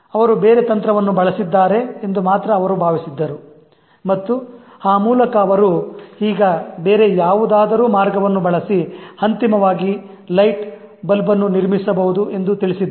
ಅವರು ಬೇರೆ ತಂತ್ರವನ್ನು ಬಳಸಿದ್ದಾರೆ ಎಂದು ಮಾತ್ರ ಅವರು ಭಾವಿಸಿದ್ದರು ಮತ್ತು ಆ ಮೂಲಕ ಅವರು ಈಗ ಬೇರೆ ಯಾವುದಾದರೂ ಮಾರ್ಗವನ್ನು ಬಳಸಿ ಅಂತಿಮವಾಗಿ light bulb ಅನ್ನು ನಿರ್ಮಿಸಬಹುದು ಎಂದು ತಿಳಿದಿದ್ದರು